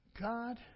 God